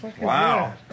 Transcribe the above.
Wow